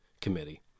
Committee